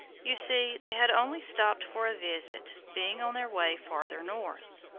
you see they had only stopped for a visit, being on their way farther north.